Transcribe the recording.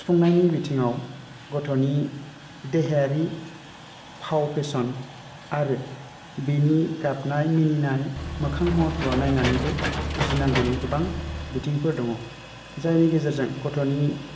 सुफुंनायनि बिथिङाव गथ'नि देहायारि फाव फेसन आरो बिनि गाबनाय मिनिनाय मोखां महरफ्राव नायनानैबो बुजिनांगौ गोबां बिथिंफोर दङ जायनि गेजेरजों गथ'नि